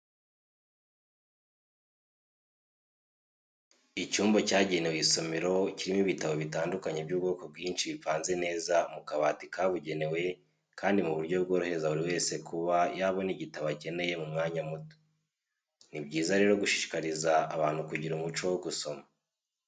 Icyumba cyagenewe isomero kirimo ibitabo bitandukanye by'ubwoko bwinshi bipanze neza mu kabati kabugenewe kandi mu buryo bworohereza buri wese kuba yabona igitabo akeneye mu mwanya muto. Ni byiza rero gushishikariza abantu kugira umuco wo gusoma.